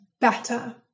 better